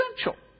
essential